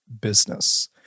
business